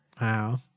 Wow